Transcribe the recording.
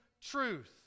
truth